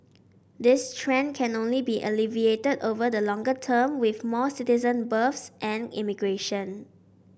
this trend can only be alleviated over the longer term with more citizen births and immigration